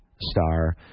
star